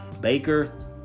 Baker